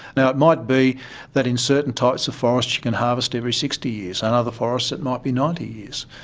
and it might be that in certain types of forests you can harvest every sixty years and in other forests it might be ninety years.